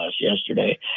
yesterday